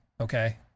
okay